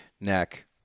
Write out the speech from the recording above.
neck